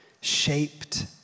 shaped